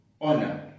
honor